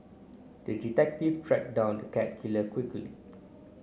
the detective tracked down the cat killer quickly